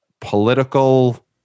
political